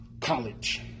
College